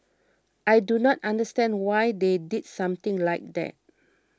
I do not understand why they did something like that